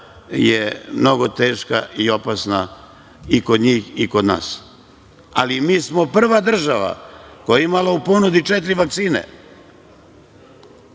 je mnogo teška i opasna i kod njih i kod nas, ali mi smo prva država koja je imala u ponudi četiri vakcine,